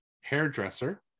Hairdresser